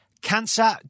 Cancer